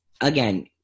again